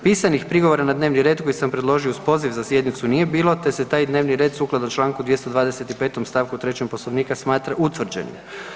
Pisanih prigovora na dnevni red koji sam predložio uz poziv za sjednicu nije bilo, te se taj dnevni red sukladno čl. 225. st. 3. Poslovnika smatra utvrđenim.